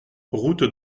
route